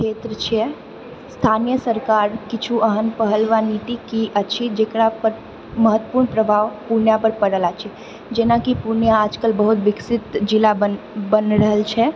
क्षेत्र छियै स्थानीय सरकार किछु अहम पहल व नीति की अछि जकरापर महत्वपूर्ण प्रभाव पुर्णियाँपर पड़ल अछि जेनाकि पुर्णियाँ आजकल बहुत विकसित जिला बनि बनि रहल छै